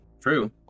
True